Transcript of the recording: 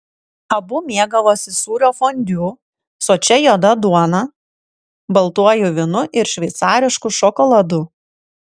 abu mėgavosi sūrio fondiu sočia juoda duona baltuoju vynu ir šveicarišku šokoladu